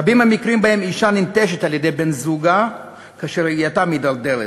רבים המקרים שבהם אישה ננטשת על-ידי בן זוגה כאשר ראייתה מידרדרת,